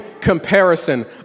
comparison